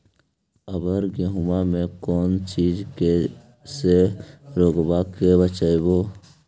अबर गेहुमा मे कौन चीज के से रोग्बा के बचयभो?